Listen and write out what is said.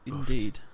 Indeed